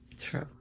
True